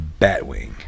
Batwing